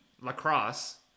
lacrosse